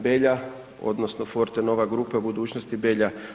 Belja odnosno Fortenova grupe o budućnosti Belja.